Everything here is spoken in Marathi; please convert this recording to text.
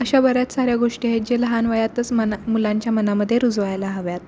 अशा बऱ्याच साऱ्या गोष्टी आहेत जे लहान वयातच मना मुलांच्या मनामध्ये रुजवायला हव्यात